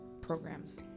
programs